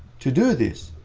to do this,